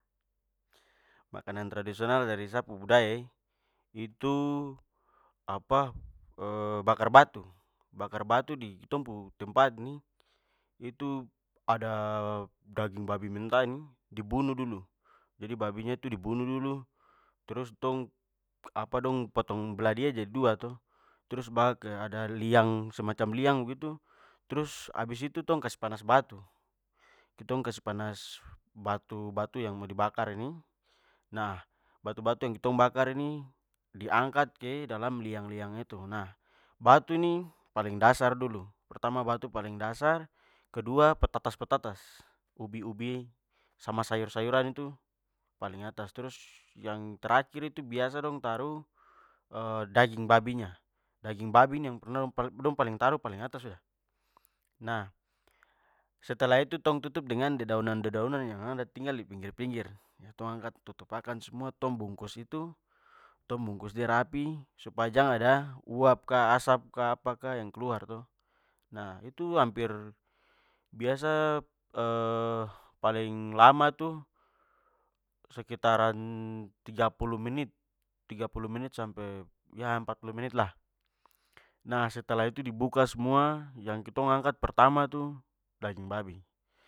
Makanan tradisional dari sa pu budaya e, itu apa bakar batu. Bakar batu di ketong pu tempat nih, itu ada daging babi mentah ini, dibunuh dulu jadi babinya itu di bunuh dulu. Trus tong apa, dong potong belah de jadi dua to, trus bawa ke ada liang semacang liang begitu, trus habis itu, tong kas panas batu ketong kas panas batu- yang mo dibakar ini. Nah batu-batu yang kitong bakar nih diangkat kedalam liang-liang itu. Nah, batu ini paling dasar dulu, pertama batu paling dasar, kedua petatas-petatas, ubi-ubi, sama sayur-sayuran tu paling atas, trus, yang terakhir tu biasa dong taruh daging babinya. Daging babi ini yang dongn paling taruh paling atas sudah. Nah, setelah itu tong tutup dengan dedaunan-dedaunan yang ada tinggal di pinggir-pinggir tong angkat tutup akan semua tong bungkus itu, tong bungkus de rapi supaya jang ada uap ka asap ka apa ka yang keluar to. Nah itu hampir, biasa paling lama tu sekitaran tiga puluh menit tiga puluh menit- sampe ya empat puluh menit lah. Nah setela itu dibuka semua, yang kitong angkat pertama tu, daging babi.